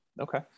Okay